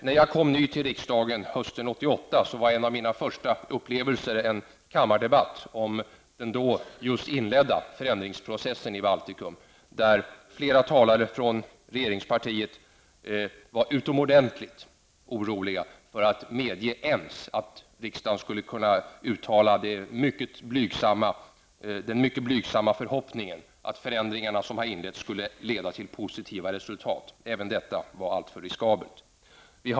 När jag som ny kom till riksdagen hösten 1988 var en av mina första upplevelser en kammardebatt om den då just inledda förändringsprocessen i Baltikum. Flera talare från regeringspartiet var utomordentligt oroliga för att ens medge att riksdagen uttalade den mycket blygsamma förhoppningen att förändringarna som hade inletts skulle kunna leda till positiva resultat. Även detta var alltför riskabelt.